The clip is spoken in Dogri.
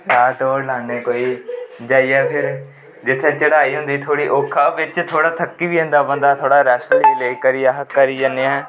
अस दौड़ लान्ने कोई जाईयै फिर जित्थें चढ़ाई होंदी थोह्ड़ा थक्की बी जंदा बंदा थोह्ड़ा रैस्ट बी करी जन्ने ऐं